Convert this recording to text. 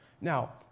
Now